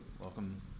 Welcome